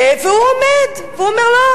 והוא עומד ואומר: לא,